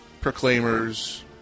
proclaimers